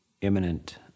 imminent